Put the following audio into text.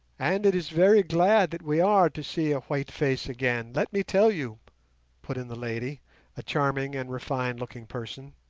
and it is very glad that we are to see a white face again, let me tell you put in the lady a charming and refined-looking person.